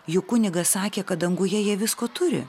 juk kunigas sakė kad danguje jie visko turi